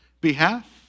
behalf